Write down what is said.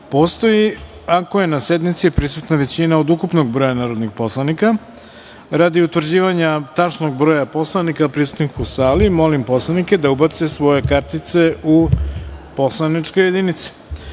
postoji ako je na sednici prisutna većina od ukupnog broja narodnih poslanika. Radi utvrđivanja tačnog broja poslanika prisutnih u sali, molim poslanike da ubace svoje kartice u poslaničke